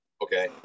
Okay